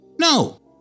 No